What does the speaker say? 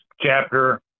chapter